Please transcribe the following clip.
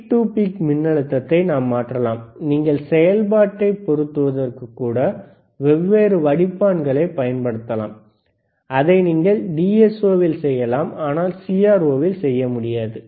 peak to peak மின்னழுத்தத்தை நாம் மாற்றலாம் நீங்கள் செயல்பாட்டைப் பொருத்துவதற்கு கூட வெவ்வேறு வடிப்பான்களைப் பயன்படுத்தலாம் அதை நீங்கள் டிஎஸ்ஓவில் செய்யலாம் ஆனால் சிஆர்ஓவில் இல்லை